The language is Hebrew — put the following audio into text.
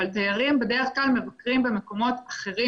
אבל תיירים בדרך כלל מבקרים במקומות אחרים.